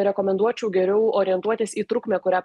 rekomenduočiau geriau orientuotis į trukmę kurią